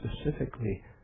Specifically